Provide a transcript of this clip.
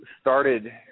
started